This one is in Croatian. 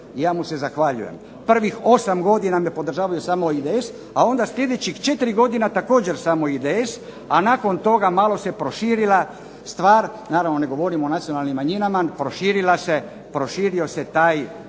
ja mu se zahvaljujem, prvih 8 godina me samo podržavao IDS,a onda idućih 4 godine također samo IDS, a nakon toga malo se proširila stvar, naravno ne govorim o nacionalnim manjinama, proširila se, proširio se taj